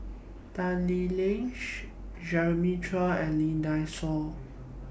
Tan Lee Leng Jeremiah Choy and Lee Dai Soh